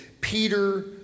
Peter